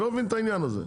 אני לא מבין את העניין הזה.